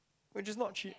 which is not cheap